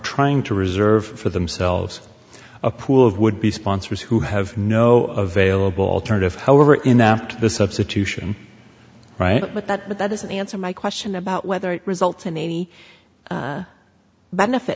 trying to reserve for themselves a pool of would be sponsors who have no avail of alternative however inapt the substitution right with that but that doesn't answer my question about whether it results in any benefit